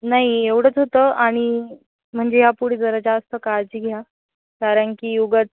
नाही एवढंच होतं आणि म्हणजे या पुढे जरा जास्त काळजी घ्या कारण की उगाच